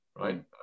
right